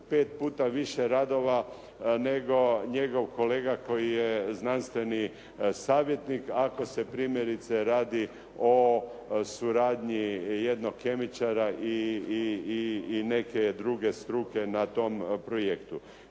pet puta više radova nego njegov kolega koji je znanstveni savjetnik ako se primjerice radi o suradnji jednog kemičara i neke druge struke na tom projektu.